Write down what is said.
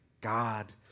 God